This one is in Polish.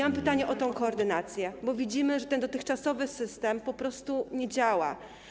Mam pytanie o tę koordynację, bo widzimy, że ten dotychczasowy system po prostu nie działa.